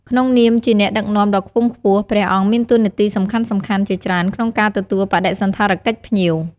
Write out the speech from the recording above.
ផ្ដល់ការស្វាគមន៍ជាផ្លូវការ និងពរជ័យ ជាទូទៅព្រះសង្ឃជាអ្នកផ្ដល់ការស្វាគមន៍ជាផ្លូវការដល់ភ្ញៀវដែលបានមកដល់។